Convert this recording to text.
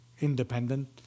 independent